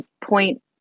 point